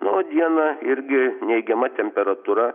na o dieną irgi neigiama temperatūra